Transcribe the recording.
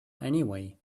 anyway